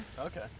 Okay